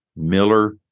Miller